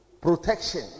protection